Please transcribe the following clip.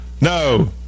No